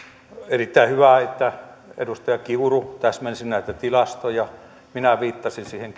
erittäin hyvä että edustaja kiuru täsmensi näitä tilastoja minä viittasin siihen